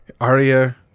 Aria